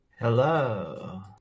Hello